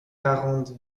quarante